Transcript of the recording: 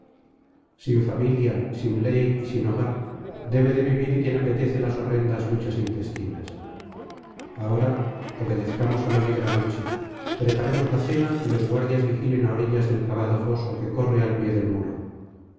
sin familia sin ley y sin hogar debe de vivir quien apetece las horrendas luchas intestinas ahora obedezcamos á la negra noche preparemos la cena y los guardias vigilen á orillas del cavado foso que corre al pie del muro